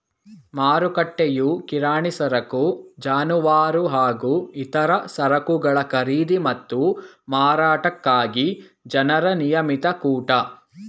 ಮಾರುಕಟ್ಟೆಯು ಕಿರಾಣಿ ಸರಕು ಜಾನುವಾರು ಹಾಗೂ ಇತರ ಸರಕುಗಳ ಖರೀದಿ ಮತ್ತು ಮಾರಾಟಕ್ಕಾಗಿ ಜನರ ನಿಯಮಿತ ಕೂಟ